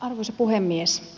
arvoisa puhemies